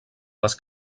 les